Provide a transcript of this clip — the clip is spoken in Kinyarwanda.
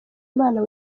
imana